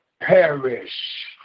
perish